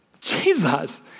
Jesus